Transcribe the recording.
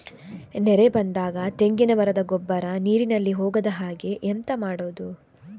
ನೆರೆ ಬಂದಾಗ ತೆಂಗಿನ ಮರದ ಗೊಬ್ಬರ ನೀರಿನಲ್ಲಿ ಹೋಗದ ಹಾಗೆ ಎಂತ ಮಾಡೋದು?